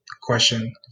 question